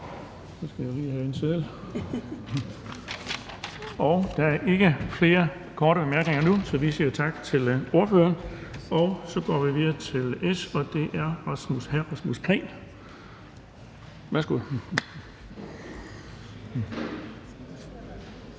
Der er ikke flere korte bemærkninger nu. Så vi siger tak til ordføreren, og så går vi videre til Socialdemokratiet, og det er hr. Rasmus Prehn. Værsgo.